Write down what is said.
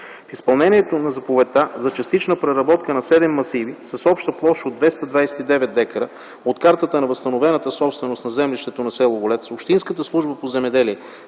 Изпълнението на заповедта за частична преработка на седем масиви с обща площ от 229 дка от картата на възстановената собственост на землището на с. Голец, Общинската служба по земеделие